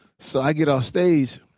so i get off stage